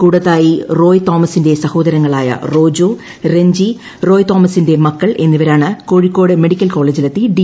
കൂടത്തായി റോയ് തോമസിന്റെ സഹോദരങ്ങളായ റോജോ റെഞ്ചി റോയ് റ തോമസിന്റെ മക്കൾ എന്നിവരാണ് കോഴിക്കോട് മെഡിക്കൽ കോളെജിലെത്തി ഡി